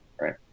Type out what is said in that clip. Right